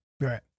right